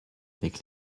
avec